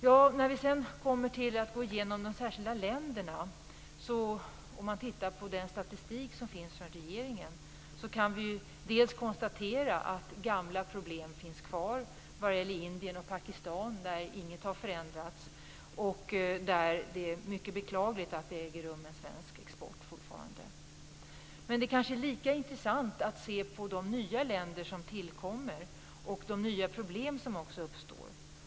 Vi går sedan igenom de enskilda länderna. Om vi tittar på den statistik som kommit från regeringen kan vi konstatera att gamla problem finns kvar vad det gäller Indien och Pakistan, där ingenting har förändrats. Det är mycket beklagligt att det fortfarande sker svensk vapenexport dit. Det är kanske lika intressant att se på de nya länder som tillkommer och de nya problem som uppstår.